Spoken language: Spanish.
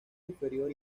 inferior